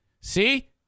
see